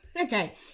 Okay